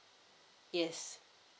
yes